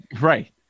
right